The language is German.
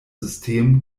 system